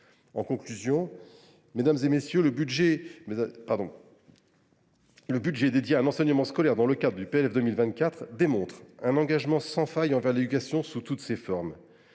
professionnel. Le budget consacré à l’enseignement scolaire dans le cadre du PLF 2024 démontre donc un engagement sans faille envers l’éducation sous toutes ses formes.